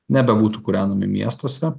nebebūtų kūrenami miestuose